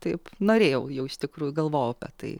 taip norėjau jau iš tikrųjų galvojau apie tai